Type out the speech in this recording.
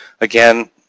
Again